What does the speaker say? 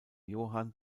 johann